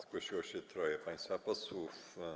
Zgłosiło się troje państwa posłów.